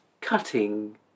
cutting